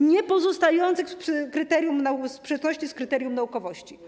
niepozostających w sprzeczności z kryterium naukowości.